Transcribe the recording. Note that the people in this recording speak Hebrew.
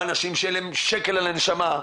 באנשים שאין להם שקל על הנשמה,